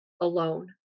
alone